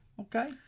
Okay